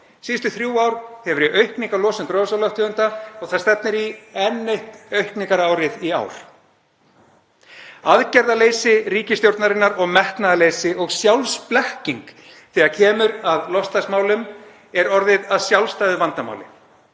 Síðustu þrjú ár hefur verið aukning á losun gróðurhúsalofttegunda og það stefnir í enn eitt aukningarárið í ár. Aðgerðaleysi ríkisstjórnarinnar og metnaðarleysi og sjálfsblekking þegar kemur að loftslagsmálum er orðið að sjálfstæðu vandamáli.